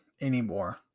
anymore